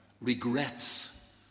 regrets